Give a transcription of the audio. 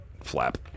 flap